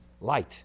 light